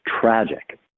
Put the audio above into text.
tragic